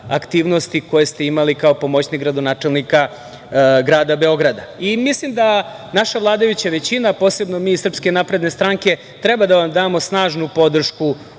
aktivnosti koje ste imali kao pomoćnik gradonačelnika grada Beograda. Mislim da naša vladajuća većina, posebno mi iz SNS, treba da vam damo snažnu podršku